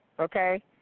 Okay